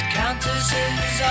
countesses